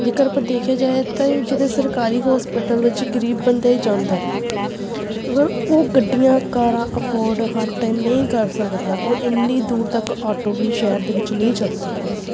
ਜੇਕਰ ਆਪਾਂ ਦੇਖਿਆ ਜਾਏ ਤਾਂ ਇਹ ਜਿਹੜੇ ਸਰਕਾਰੀ ਹੋਸਪੀਟਲ ਵਿੱਚ ਗਰੀਬ ਬੰਦ ਹੀ ਜਾਂਦਾ ਅਗਰ ਉਹ ਗੱਡੀਆਂ ਕਾਰਾਂ ਅਫੋਰਡ ਹਰ ਟਾਈਮ ਨਹੀਂ ਕਰ ਸਕਦਾ ਔਰ ਇੰਨੀ ਦੂਰ ਤੱਕ ਆਟੋ ਵੀ ਸ਼ਹਿਰ ਦੇ ਵਿੱਚ ਨਹੀਂ ਚਲਦੇ ਹੈਗੇ